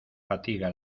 fatiga